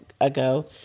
ago